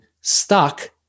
stuck